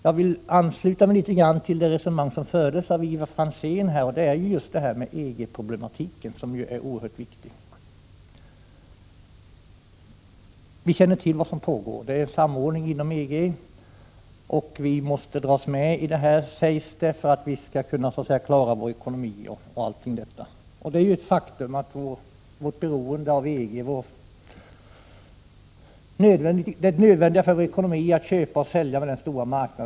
Jag vill ansluta mig till det resonemang som fördes av Ivar Franzén om EG-problematiken. Vi känner till vad som pågår. Det sker en samordning inom EG, och vårt land måste dras med i denna, sägs det, om vi skall kunna klara vår ekonomi. Det är ett faktum att vi är beroende av EG och att det är nödvändigt för vår ekonomi att kunna köpa och sälja på denna stora marknad.